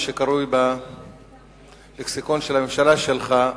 מה שקרוי בלקסיקון של הממשלה שלך,